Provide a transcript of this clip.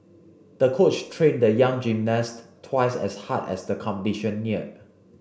the coach trained the young gymnast twice as hard as the competition neared